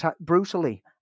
brutally